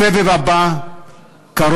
הסבב הבא קרוב,